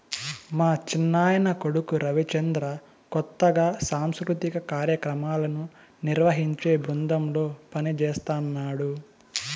మా చిన్నాయన కొడుకు రవిచంద్ర కొత్తగా సాంస్కృతిక కార్యాక్రమాలను నిర్వహించే బృందంలో పనిజేస్తన్నడు